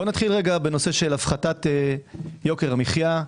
נתחיל בנושא הפחתת יוקר המחיה.